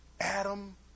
Adam